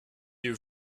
you